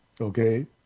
Okay